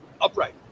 upright